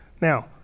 Now